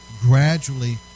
gradually